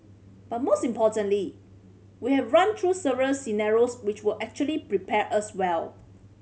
but most importantly we have run through several scenarios which will actually prepare us well